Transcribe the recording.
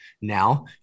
Now